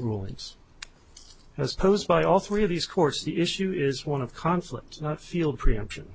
rulings as posed by all three of these courts the issue is one of conflicts not field preemption